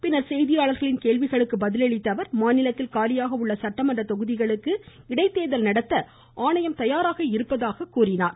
பின்னர் செய்தியாளர்களின் கேள்விகளுக்கு பதிலளித்த அவர் மாநிலத்தில் காலியாக உள்ள சட்டமன்ற தொகுதிகளுக்கு இடைத்தேர்தல் நடத்த ஆணையம் தயாராக இருப்பதாக கூறினார்